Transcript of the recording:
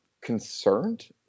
concerned